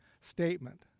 statement